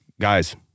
guys